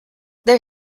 there